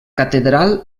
catedral